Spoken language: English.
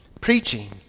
Preaching